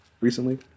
recently